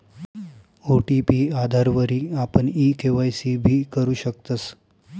OTP आधारवरी आपण e KYC भी करु शकतस